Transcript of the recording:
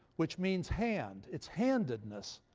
which means hand it's handedness.